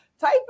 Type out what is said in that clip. Type